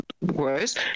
worse